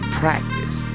practice